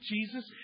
Jesus